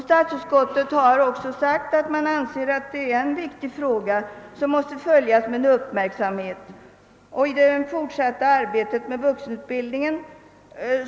Statsutskottet har också sagt att frågan är viktig och att den måste följas med uppmärksamhet under det fortsatta arbetet med vuxenutbildningen.